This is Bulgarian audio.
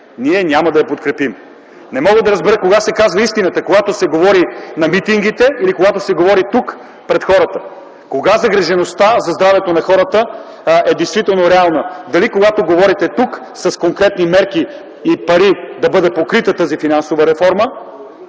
ние няма да я подкрепим. Не мога да разбера кога се казва истината, когато се говори на митингите или когато се говори тук, пред хората? Кога загрижеността за здравето на хората е действително реална – дали, когато говорите тук с конкретни мерки и пари да бъде покрита тази финансова реформа